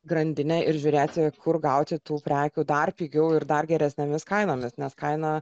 grandinę ir žiūrėti kur gauti tų prekių dar pigiau ir dar geresnėmis kainomis nes kaina